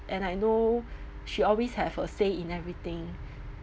and I know she always have a say in everything